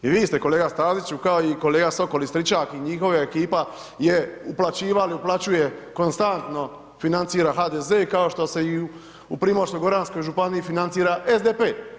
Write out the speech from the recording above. I vi ste kolega Staziću, kao i kolega Sokol, i Stričak, i njihova ekipa je, uplaćivali, uplaćuje konstantno financira HDZ, i kao što se i u Primorsko-goranskoj županiji financira SDP.